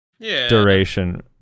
duration